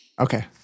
Okay